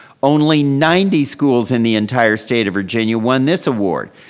only ninety schools in the entire state of virginia won this award.